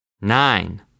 nine